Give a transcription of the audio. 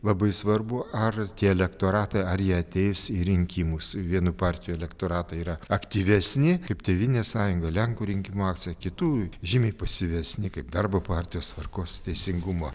labai svarbu ar tie elektoratai ar jie ateis į rinkimus vienų partijų elektoratai yra aktyvesni kaip tėvynės sąjunga lenkų rinkimų akcija kitų žymiai pasyvesni kaip darbo partijos tvarkos ir teisingumo